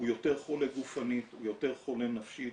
הוא יותר חולה גופנית, הוא יותר חולה נפשית.